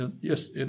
yes